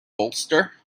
bolster